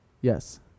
yes